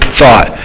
thought